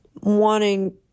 wanting